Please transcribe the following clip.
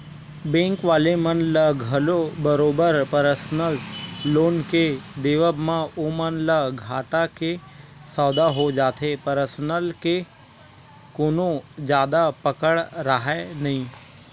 bank वाले मन ल घलो बरोबर परसनल लोन के देवब म ओमन ल घाटा के सौदा हो जाथे परसनल के कोनो जादा पकड़ राहय नइ